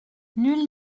nul